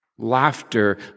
Laughter